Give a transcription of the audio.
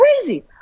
crazy